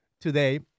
today